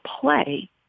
play